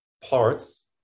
parts